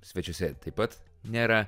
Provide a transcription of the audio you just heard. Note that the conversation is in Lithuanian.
svečiuose taip pat nėra